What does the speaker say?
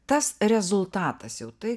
tas rezultatas jau tai